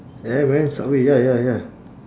yeah man subway ya ya ya